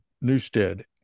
newstead